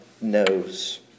knows